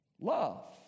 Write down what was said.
love